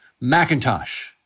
Macintosh